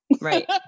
right